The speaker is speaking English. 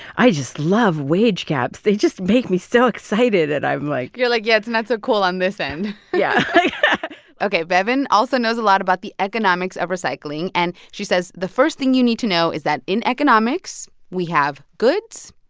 i just love wage gaps. they just make me so excited. and i'm like. you're like, yeah, it's not so cool on this end yeah ok, bevin also knows a lot about the economics of recycling. and she says the first thing you need to know is that in economics, we have goods,